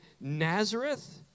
Nazareth